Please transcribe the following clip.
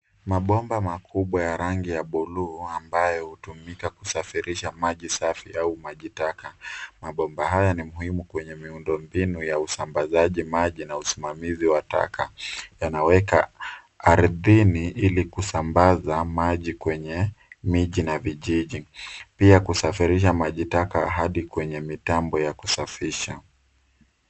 Mabomba makubwa ya rangi ya buluu ambayo hutumika kusafirisha maji safi au maji taka. Mabomba haya ni muhimu kwneye miundombinu ya usambazaji maji na usimamizi wa taka. Yanawekwa ardhini ili kusambaza maji kwenye miji na vijiji . Pia kusafirisha maji taka hadi kwenye mitambo ya kusafisha.